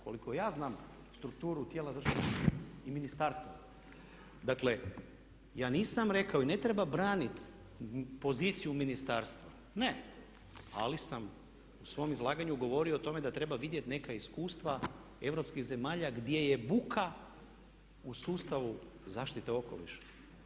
Koliko ja znam strukturu tijela državne uprave i ministarstva, dakle ja nisam rekao i ne treba braniti poziciju ministarstva, ne, ali sam u svom izlaganju govorio o tome da treba vidjeti neka iskustva europskih zemalja gdje je buka u sustavu zaštite okoliša.